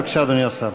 בבקשה, אדוני השר.